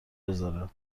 بزاره